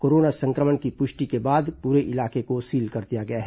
corona संक्रमण की पुष्टि के बाद पूरे इलाके को सील कर दिया गया है